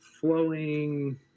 flowing